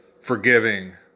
forgiving